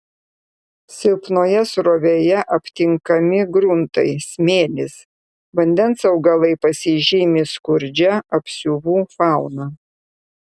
silpnoje srovėje aptinkami gruntai smėlis vandens augalai pasižymi skurdžia apsiuvų fauna